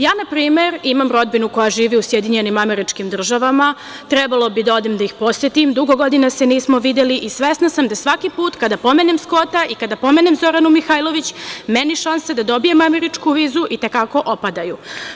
Ja, na primer, imam rodbinu koja živi u SAD, trebalo bi da odem da ih posetim, dugo godina se nismo videli i svesna sam da svaki put kada spomenem Skota i kada pomenem Zoranu Mihajlović, meni šanse da dobijem američku vizu i te kako opadaju.